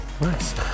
Nice